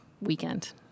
weekend